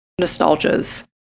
nostalgias